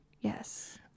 yes